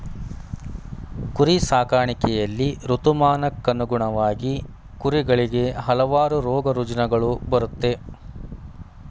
ಕುರಿ ಸಾಕಾಣಿಕೆಯಲ್ಲಿ ಋತುಮಾನಕ್ಕನುಗುಣವಾಗಿ ಕುರಿಗಳಿಗೆ ಹಲವಾರು ರೋಗರುಜಿನಗಳು ಬರುತ್ತೆ